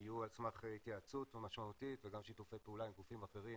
יהיו על סמך התייעצות משמעותית וגם שיתופי פעולה עם גופים אחרים